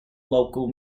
local